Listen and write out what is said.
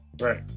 Right